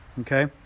Okay